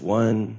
one